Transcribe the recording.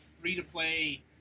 free-to-play